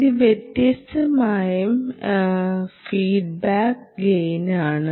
ഇത് വ്യക്തമായും ഫീഡ്ബാക്ക് ഗെയിനാണ്